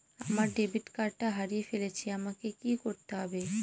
আমার ডেবিট কার্ডটা হারিয়ে ফেলেছি আমাকে কি করতে হবে?